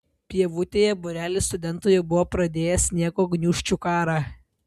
pievutėje būrelis studentų jau buvo pradėjęs sniego gniūžčių karą